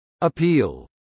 Appeal